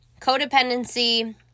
codependency